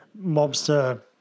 mobster